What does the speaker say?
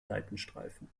seitenstreifen